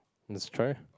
just try